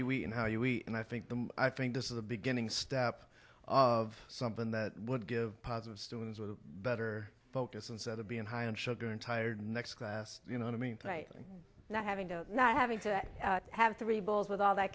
you eat and how you eat and i think that i think this is the beginning step of something that would give positive students better focus instead of being high on sugar and tired next class you know i mean play not having to not having to have three bowls with all that